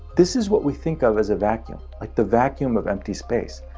this is what we think of as a vacuum like the vacuum of empty space.